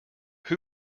who